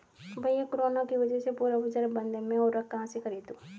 भैया कोरोना के वजह से पूरा बाजार बंद है मैं उर्वक कहां से खरीदू?